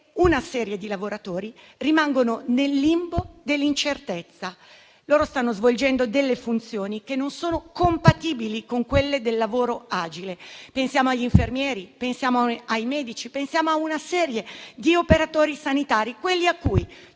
una serie di lavoratori rimane nel limbo dell'incertezza, svolgendo delle funzioni che non sono compatibili con quelle del lavoro agile: pensiamo agli infermieri, ai medici, a una serie di operatori sanitari, quelli cui